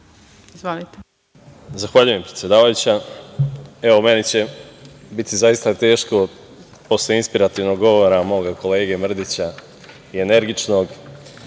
Zahvaljujem, predsedavajuća. Meni će biti zaista teško posle inspirativnog govora moga kolege Mrdića, energičnog